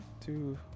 Two